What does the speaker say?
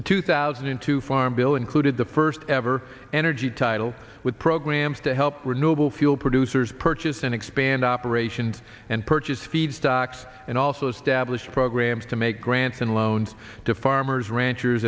the two thousand and two farm bill included the first ever energy title with programs to help renewable fuel producers purchase and expand operations and purchase feed stocks and also establish programs to make grants and loans to farmers ranchers